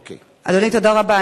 אדוני, תודה רבה.